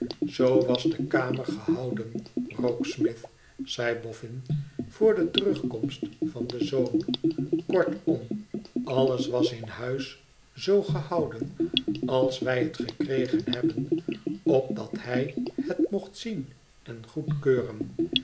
zoo was de kamer gehouden rokesmith zei boffin voor de terugkomst van den zoon kortom alles was in huis zoo gehouden als wij het gekregen hebben opdat hij het mocht zien en goedkeuren